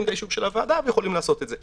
את האישור של הוועדה ויכולים לעשות את זה.